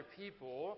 people